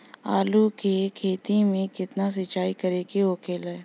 आलू के खेती में केतना सिंचाई करे के होखेला?